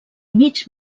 mig